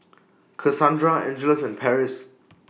Casandra Angeles and Patrice